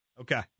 Okay